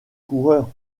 coureur